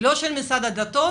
של משרד הדתות.